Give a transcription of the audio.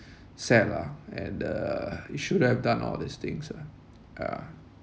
sad lah and uh you shouldn't have done all these things lah yeah